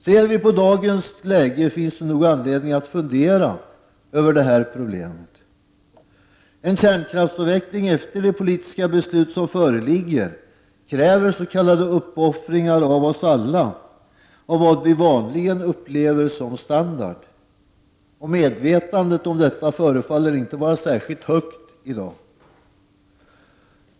Ser vi på dagens läge finns det nog anledning att fundera över detta problem. En kärnkraftsavveckling i enlighet med de politiska beslut som föreligger kräver s.k. uppoffringar av oss alla, uppoffringar i fråga om sådant som vi vanligen upplever som standard. Medvetandet om detta förefaller inte vara särskilt stort i dag.